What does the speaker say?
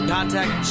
Contact